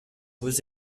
vous